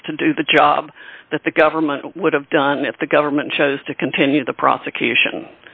amicus to do the job that the government would have done if the government chose to continue the prosecution